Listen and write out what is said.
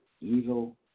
Evil